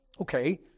okay